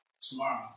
tomorrow